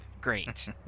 Great